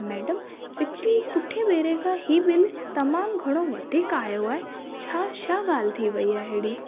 madam पिछिले पुठे भेरे खां हीउ बिल तमामु घणो वधीक आहियो आहे छा छा ॻाल्हि थी वई आहे अहिड़ी